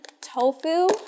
tofu